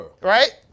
right